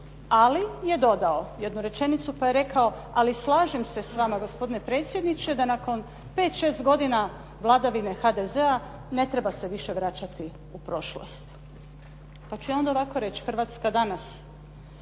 ali je dodao jednu rečenicu pa je rekao, ali slažem se s vama gospodine predsjedniče da nakon pet, šest godina vladavine HDZ-a ne treba se više vraćati u prošlost. Pa ću ja onda ovako reći. Hrvatska danas.